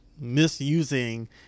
misusing